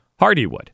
Hardywood